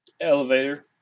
elevator